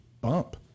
bump